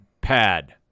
pad